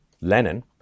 Lenin